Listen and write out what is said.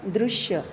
दृश्य